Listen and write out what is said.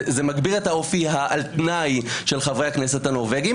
זה מגביר את האופי על תנאי של חברי הכנסת הנורבגים.